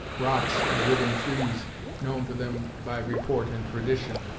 rocks, and riven trees known to them by report and tradition,